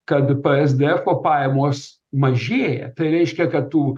kad psdefo pajamos mažėja tai reiškia kad tų